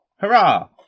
Hurrah